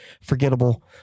forgettable